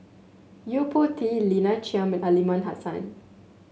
Yo Po Tee Lina Chiam and Aliman Hassan